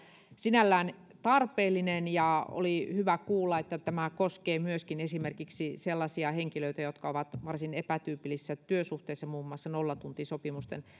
sinällään tämä on tarpeellinen ja oli hyvä kuulla että tämä koskee myöskin esimerkiksi sellaisia henkilöitä jotka ovat varsin epätyypillisissä työsuhteissa muun muassa nollatuntisopimusten